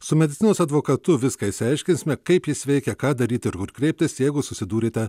su medicinos advokatu viską išsiaiškinsime kaip jis veikia ką daryti ir kur kreiptis jeigu susidūrėte